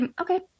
okay